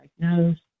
diagnosed